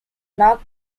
not